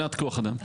מבחינת כוח אדם.